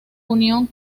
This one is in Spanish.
unión